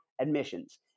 admissions